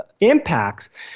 impacts